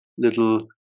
little